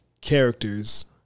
characters